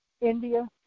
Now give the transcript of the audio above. India